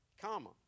comma